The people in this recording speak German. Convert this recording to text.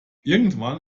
irgendwann